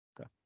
okay